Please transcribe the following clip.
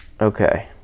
Okay